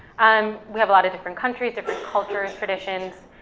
um we have a lot of different countries, different cultures, traditions.